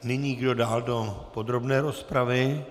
Nyní kdo dál do podrobné rozpravy?